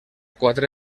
quatre